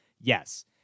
Yes